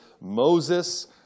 Moses